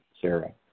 Sarah